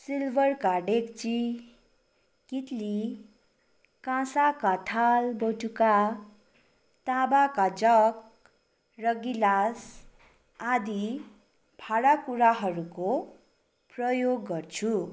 सिल्बरका ढेक्ची कित्ली काँसाका थाल बटुका ताँबाका जग र गिलास आदि भाँडा कुडाहरूको प्रयोग गर्छु